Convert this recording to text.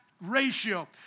Ratio